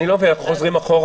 אני לא מבין, חוזרים אחורה?